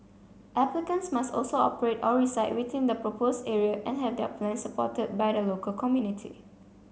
applicants must also operate or reside within the proposed area and have their plans supported by the local community